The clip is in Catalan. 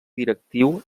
directiu